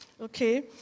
Okay